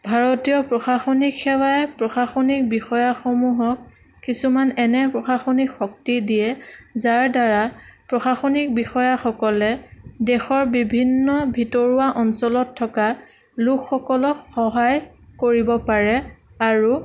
ভাৰতীয় প্ৰশাসনিক সেৱাই প্ৰশাসনিক বিষয়াসমূহক কিছুমান এনে প্ৰশাসনিক শক্তি দিয়ে যাৰ দ্বাৰা প্ৰশাসনিক বিষয়াসকলে দেশৰ বিভিন্ন ভিতৰুৱা অঞ্চলত থকা লোকসকলক সহায় কৰিব পাৰে আৰু